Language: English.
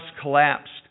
collapsed